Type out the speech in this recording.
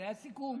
היה סיכום